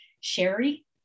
Sherry